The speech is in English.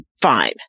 fine